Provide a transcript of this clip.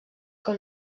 que